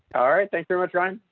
alright, thanks so much. ryan,